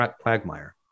quagmire